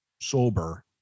sober